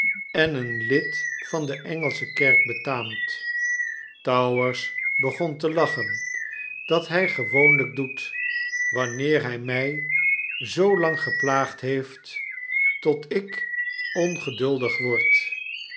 en een lid van de engelsche kerk betaamt towers begon te lachen dat hy gewoonlyk doet wanneer hy my zoo lang geplaagd heeft tot ik ongeduldig word